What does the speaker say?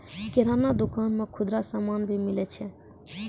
किराना दुकान मे खुदरा समान भी मिलै छै